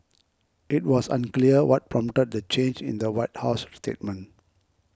it was unclear what prompted the change in the White House statement